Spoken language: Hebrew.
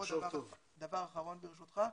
דבר אחרון, ברשותך,